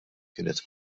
kienet